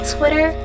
Twitter